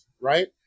right